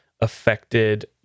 affected